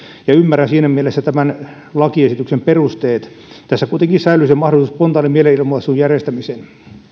ja ymmärrän siinä mielessä tämän lakiesityksen perusteet tässä kuitenkin säilyy se mahdollisuus spontaanin mielenilmaisun järjestämiseen